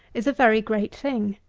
is a very great thing.